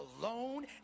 alone